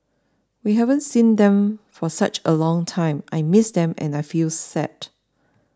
we haven't seen them for such a long time I miss them and I feel sad